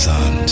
on